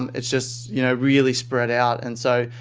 um it's just you know really spread out. and so,